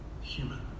human